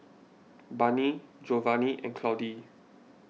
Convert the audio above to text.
Barney Jovanni and Claudie